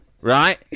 right